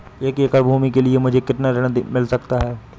एक एकड़ भूमि के लिए मुझे कितना ऋण मिल सकता है?